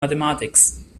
mathematics